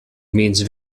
means